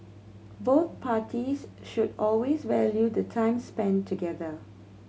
both parties should always value the time spent together